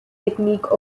technique